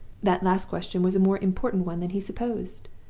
that last question was a more important one than he supposed.